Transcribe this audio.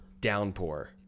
downpour